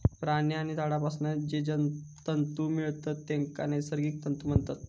प्राणी आणि झाडांपासून जे तंतु मिळतत तेंका नैसर्गिक तंतु म्हणतत